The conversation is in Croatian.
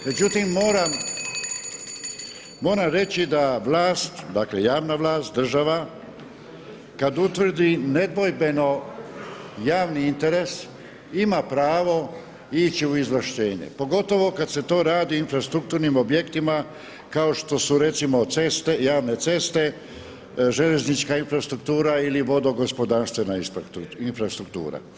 Međutim, moram reći da vlast, dakle javna vlast, država, kada utvrdi nedvojbeno javni interes ima pravo ići u izvlaštenje, pogotovo kada se to radi infrastrukturnim objektima kao što su recimo ceste, javne ceste, željeznička infrastruktura ili vodo-gospodarstvena infrastruktura.